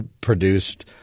produced